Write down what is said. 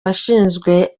bashinzwe